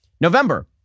November